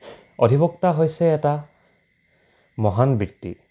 অধিবক্তা হৈছে এটা মহান বৃত্তি